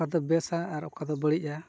ᱚᱠᱟᱫᱚ ᱵᱮᱥᱟ ᱟᱨ ᱚᱠᱟᱫᱚ ᱵᱟᱹᱲᱤᱡᱼᱟ